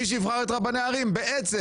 מי שיבחר את רבני הערים יהיה בעצם